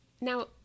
Now